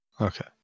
Okay